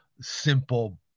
simple